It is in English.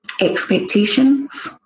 expectations